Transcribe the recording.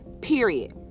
Period